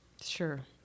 Sure